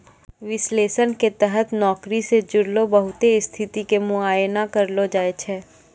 विश्लेषण के तहत नौकरी से जुड़लो बहुते स्थिति के मुआयना करलो जाय छै